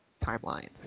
timelines